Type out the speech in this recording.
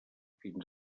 fins